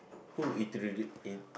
who introduce in~